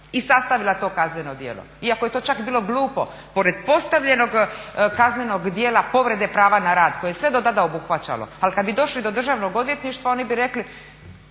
i sastavila to kazneno djelo, iako je to čak bilo glupo pored postavljenog kaznenog djela povrede prava na rad koji je sve do tada obuhvaćalo. Ali kada bi došli do Državnog odvjetništva oni bi rekli,